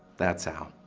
that's how.